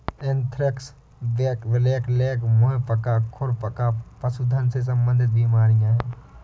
anthrax, blackleg, मुंह पका, खुर पका पशुधन से संबंधित बीमारियां हैं